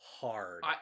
hard